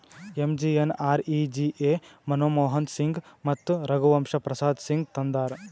MGNREGA Manmohan Singh ಮತ್ತ ರಘುವಂಶ ಪ್ರಸಾದ್ ಸಿಂಗ್ ತಂದಾರ್